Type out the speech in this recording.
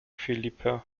philippe